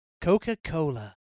Coca-Cola